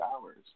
hours